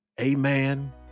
amen